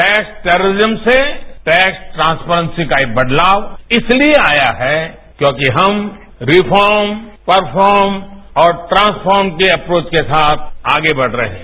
tax terrorism से tax transparency का यह बदलाव इसलिये आया है क्योंकि हम रिष्टार्म परफार्म और ट्रांस्फार्म की अर्पोच के साथ आगे बढ़ रहे हैं